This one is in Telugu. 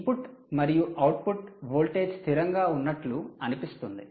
ఇన్పుట్ మరియు అవుట్పుట్ వోల్టేజ్ స్థిరంగా ఉన్నట్లు అనిపిస్తుంది